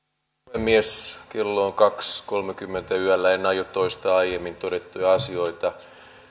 puhemies kello on kaksi kolmellakymmenellä yöllä en aio toistaa aiemmin todettuja asioita